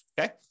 Okay